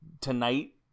tonight